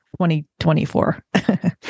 2024